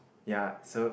ya so